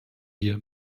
wir